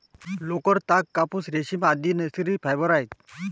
लोकर, ताग, कापूस, रेशीम, आदि नैसर्गिक फायबर आहेत